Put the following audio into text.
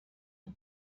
nas